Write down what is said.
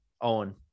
Owen